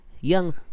young